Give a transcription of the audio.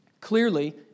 Clearly